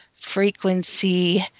frequency